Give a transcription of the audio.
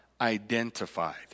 identified